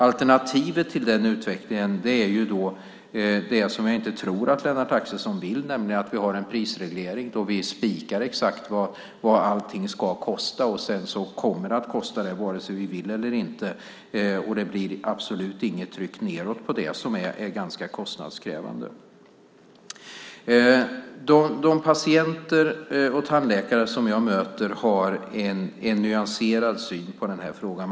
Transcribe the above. Alternativet till den utvecklingen är det som jag inte tror att Lennart Axelsson vill, nämligen att vi ska ha en prisreglering där vi spikar exakt vad allting ska kosta, och sedan kommer det att kosta det vare sig vi vill eller inte och det blir absolut inget tryck nedåt på det som är ganska kostnadskrävande. De patienter och tandläkare som jag möter har en nyanserad syn på den här frågan.